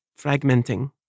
fragmenting